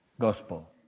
gospel